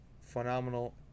phenomenal